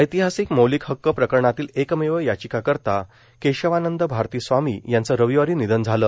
ऐतिहासिक मौलिक हक्क प्रकरणातील एकमेव याचिकाकर्ता केशवानंद भारती स्वामी यांचे रविवारी निधन झाले